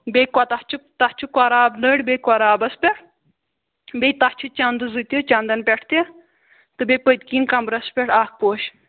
بیٚیہِ تَتھ چھُ تَتھ چھُ قۄراب نٔرۍ بیٚیہِ قۄرابَس پٮ۪ٹھ بیٚیہِ تَتھ چھِ چَندٕ زٕ تہِ چَندَن پٮ۪ٹھ تہِ تہٕ بیٚیہِ پٔتۍکِنۍ کَمرَس پٮ۪ٹھ اَکھ پوش